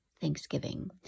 Thanksgiving